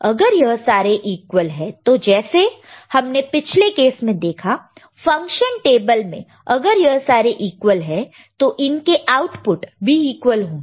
अगर यह सारे इक्वल है तो जैसे हमने पिछले केस में देखा है फंक्शन टेबल में अगर यह सारे इक्वल है तो इनके आउटपुट भी इक्वल होंगे